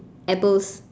apples